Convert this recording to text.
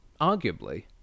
arguably